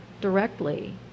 directly